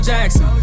Jackson